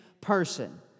person